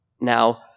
Now